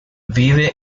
vive